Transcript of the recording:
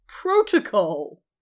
protocol